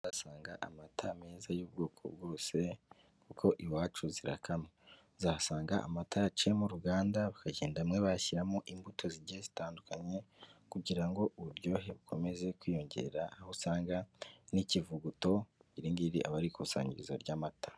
Aha uhasanga amata meza y'ubwoko bwose kuko iwacu zirakamwa uzahasanga amata yaciye mu ruganda bakagenda hamwe bayashyiramo imbuto zigiye zitandukanye kugira ngo uburyohe bukomeze kwiyongera aho usanga n'ikivuguto iri ngiri aba ari ikusanyirizo ry'amata.